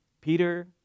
Peter